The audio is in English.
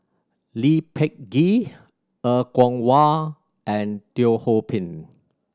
Lee Peh Gee Er Kwong Wah and Teo Ho Pin